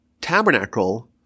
tabernacle